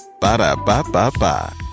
Ba-da-ba-ba-ba